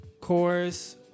chorus